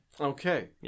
Okay